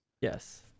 Yes